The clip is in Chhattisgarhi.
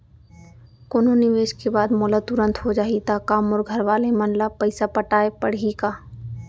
कोनो निवेश के बाद मोला तुरंत हो जाही ता का मोर घरवाले मन ला पइसा पटाय पड़ही का?